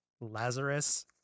Lazarus